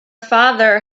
father